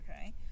okay